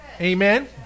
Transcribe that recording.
Amen